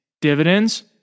Dividends